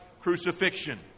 crucifixion